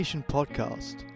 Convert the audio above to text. Podcast